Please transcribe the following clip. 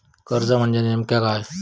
कर्ज म्हणजे नेमक्या काय?